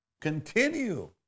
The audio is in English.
Continue